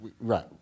Right